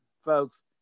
folks